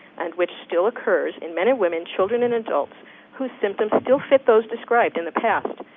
and which still occurs in men and women, children and adults whose symptoms still fit those described in the past.